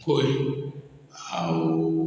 ହୁଏ ଆଉ